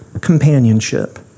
companionship